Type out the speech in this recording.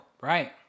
Right